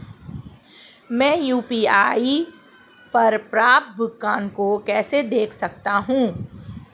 मैं यू.पी.आई पर प्राप्त भुगतान को कैसे देख सकता हूं?